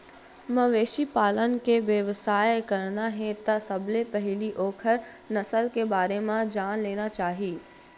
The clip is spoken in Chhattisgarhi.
मवेशी पालन के बेवसाय करना हे त सबले पहिली ओखर नसल के बारे म जान लेना चाही